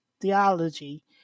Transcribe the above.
theology